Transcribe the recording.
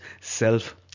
self